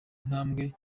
intambwe